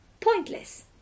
pointless